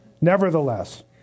Nevertheless